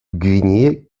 гвинее